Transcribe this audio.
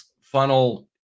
funnel